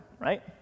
right